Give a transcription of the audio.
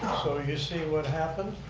so you see what happened?